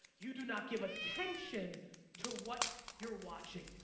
you do not give attention to what you're watching.